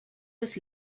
was